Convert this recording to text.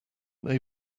they